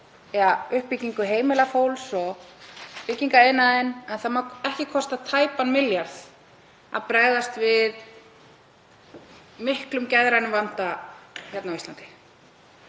við uppbyggingu heimila fólks og byggingariðnaðinn en það má ekki kosta tæpan milljarð að bregðast við miklum geðrænum vanda á Íslandi.